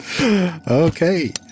Okay